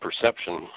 perception